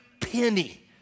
penny